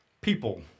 People